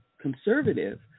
conservative